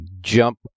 jump